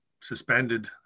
suspended